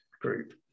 group